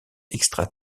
extra